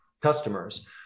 customers